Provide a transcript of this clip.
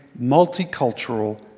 multicultural